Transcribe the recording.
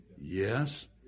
Yes